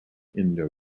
indo